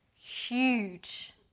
huge